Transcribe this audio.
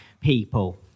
people